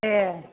ए